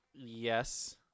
yes